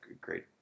great